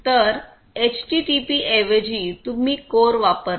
तर HTTP ऐवजी तुम्ही CORE वापरता